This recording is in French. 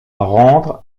rendre